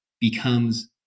becomes